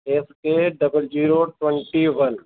F K double zero twenty one